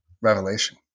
revelation